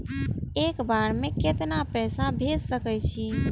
एक बार में केतना पैसा भेज सके छी?